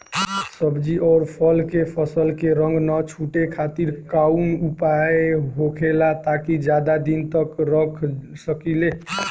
सब्जी और फल के फसल के रंग न छुटे खातिर काउन उपाय होखेला ताकि ज्यादा दिन तक रख सकिले?